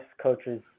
coaches